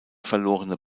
verlorene